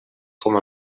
com